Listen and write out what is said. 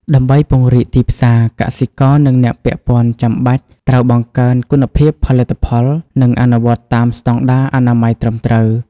ដើម្បីពង្រីកទីផ្សារ កសិករនិងអ្នកពាក់ព័ន្ធចាំបាច់ត្រូវបង្កើនគុណភាពផលិតផល និងអនុវត្តតាមស្តង់ដារអនាម័យត្រឹមត្រូវ។